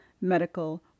medical